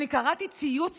אני קראת ציוץ